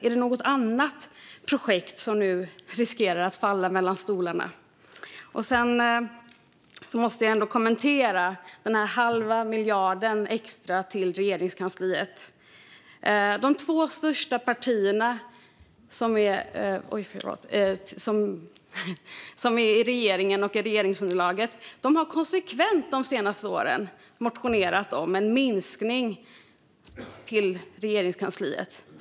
Är det något annat projekt som nu riskerar att falla mellan stolarna? Sedan måste jag ändå kommentera den halva miljarden extra till Regeringskansliet. De två största partierna i regeringen och regeringsunderlaget har konsekvent de senaste åren motionerat om en minskning till Regeringskansliet.